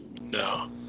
No